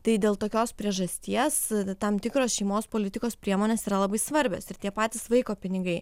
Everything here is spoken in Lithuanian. tai dėl tokios priežasties tam tikros šeimos politikos priemonės yra labai svarbios ir tie patys vaiko pinigai